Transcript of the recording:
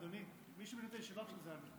אדוני, מי שמנהל את הישיבה פה זה אני.